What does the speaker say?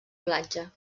platja